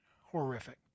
horrific